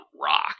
rock